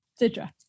Sidra